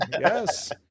Yes